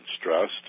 stressed